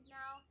now